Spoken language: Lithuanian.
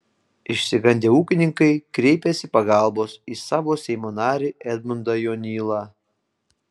išsigandę ūkininkai kreipėsi pagalbos į savo seimo narį edmundą jonylą